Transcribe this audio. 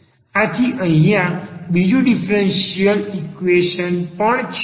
આથિ અહીંયા બીજું ડીફરન્સીયલ પણ ઈક્વેશન માં છે